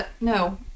no